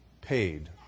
paid